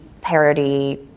parody